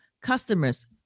customers